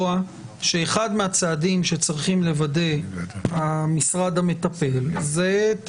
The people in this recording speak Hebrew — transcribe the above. שאחד מהצעדים שצריכים לוודא על ידי המשרד המטפל זה את